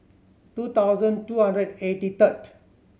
two thousand two hundred eighty third